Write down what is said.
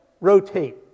rotate